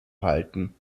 halten